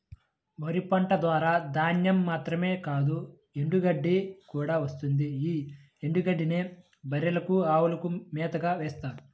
వరి పంట ద్వారా ధాన్యం మాత్రమే కాదు ఎండుగడ్డి కూడా వస్తుంది యీ ఎండుగడ్డినే బర్రెలకు, అవులకు మేతగా వేత్తారు